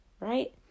right